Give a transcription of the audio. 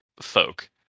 folk